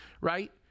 right